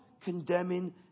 condemning